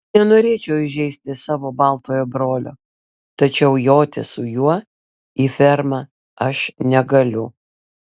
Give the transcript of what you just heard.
nenorėčiau įžeisti savo baltojo brolio tačiau joti su juo į fermą aš negaliu